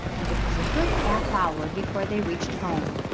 and it was a good half hour before they reached home